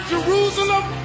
Jerusalem